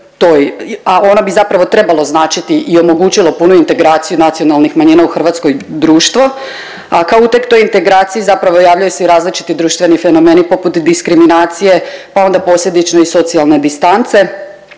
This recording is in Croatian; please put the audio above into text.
a ono bi zapravo trebalo značiti i omogućilo punu integraciju nacionalnih manjina u Hrvatskoj i društvo, a kao uteg toj integraciji zapravo javljaju se i različiti društveni fenomeni poput diskriminacije, pa onda posljedično i socijalne distance